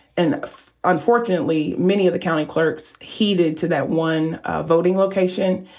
and unfortunately, many of the county clerks heeded to that one ah voting location.